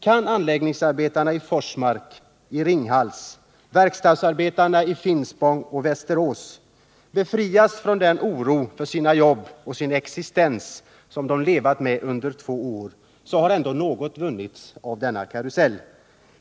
Kan anläggningsarbetarna i Forsmark och Ringhals, verkstadsarbetarna i Finspång och Västerås befrias från den oro för sina jobb och sin existens som de levat med i två år, så har ändå något vunnits i denna karusell.